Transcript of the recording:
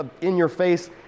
in-your-face